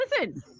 listen